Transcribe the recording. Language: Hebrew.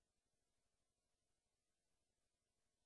יש